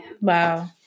Wow